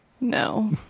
No